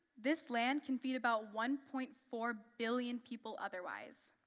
this land can feed about one point four billion people otherwise.